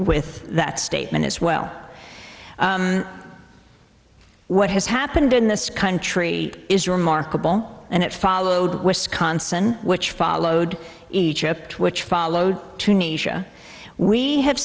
with that statement as well what has happened in this country is remarkable and it followed wisconsin which followed each up which followed tunisia we ha